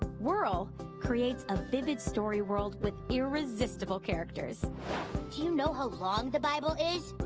whirl creates a vivid story world with irresistible characters. do you know how long the bible is?